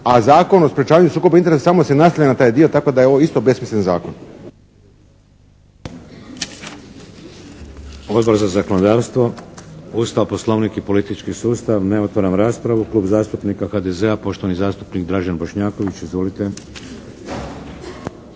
A Zakon o sprječavanju sukoba interesa samo se naslanja na ovaj dio tako da je ovo isto besmislen zakon.